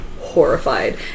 horrified